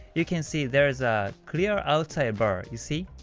you can see there's a clear outside bar, you see?